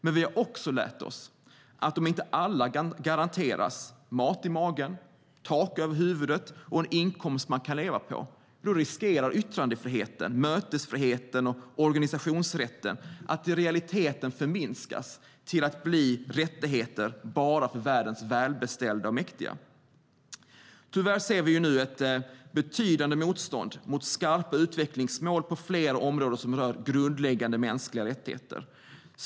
Men vi har också lärt oss: Om inte alla garanteras mat i magen, tak över huvudet och en inkomst man kan leva på riskerar yttrandefriheten, mötesfriheten och organisationsrätten att i realiteten förminskas till att bli rättigheter bara för världens välbeställda och mäktiga. Tyvärr ser vi nu ett betydande motstånd mot skarpa utvecklingsmål på flera områden som rör grundläggande mänskliga rättigheter.